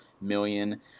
million